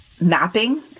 mapping